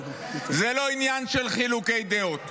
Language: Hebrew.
זה לא עניין של חילוקי דעות,